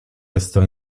restò